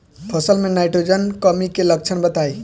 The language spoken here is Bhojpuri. फसल में नाइट्रोजन कमी के लक्षण बताइ?